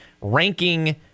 Ranking